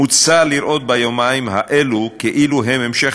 מוצע לראות ביומיים האלו כאילו הם המשך